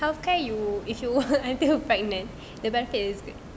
healthcare you if you until pregnant the benefit is good